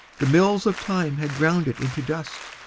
the mills of time had ground it into dust.